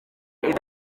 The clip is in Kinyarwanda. ibyo